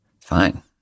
Fine